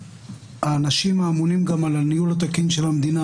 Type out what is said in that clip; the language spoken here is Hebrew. והאנשים האמונים על הניהול התקין של המדינה,